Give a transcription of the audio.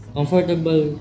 Comfortable